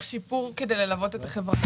שיפור כדי ללוות את החברה.